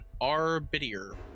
Arbiter